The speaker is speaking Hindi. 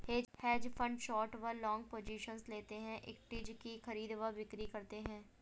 हेज फंड शॉट व लॉन्ग पोजिशंस लेते हैं, इक्विटीज की खरीद व बिक्री करते हैं